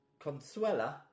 Consuela